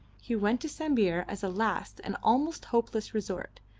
he went to sambir as a last and almost hopeless resort,